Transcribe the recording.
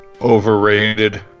overrated